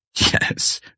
Yes